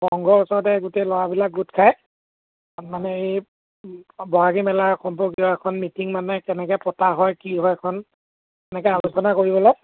সংঘৰ ওচৰতে গোটেই ল'ৰাবিলাক গোট খাই মানে এই বহাগী মেলা সম্পৰ্কীয় এখন মিটিং মানে কেনেকৈ পতা হয় কি হয় এখন এনেকৈ আলোচনা কৰিবলৈ